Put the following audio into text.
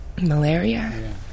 Malaria